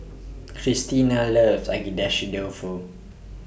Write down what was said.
Christina loves Agedashi Dofu